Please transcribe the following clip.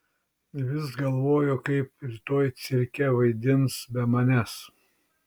vis galvoju kaip rytoj cirke vaidins be manęs